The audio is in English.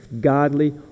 godly